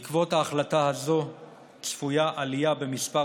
בעקבות ההחלטה הזו צפויה עלייה במספר